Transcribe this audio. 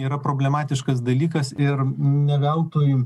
yra problematiškas dalykas ir ne veltui